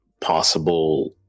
possible